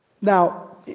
Now